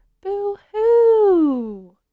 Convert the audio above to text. Boo-Hoo